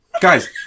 Guys